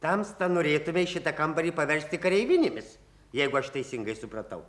tamsta norėtumei šitą kambarį paversti kareivinėmis jeigu aš teisingai supratau